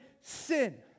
sin